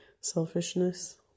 selfishness